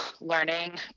learning